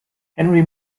henry